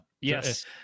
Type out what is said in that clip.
Yes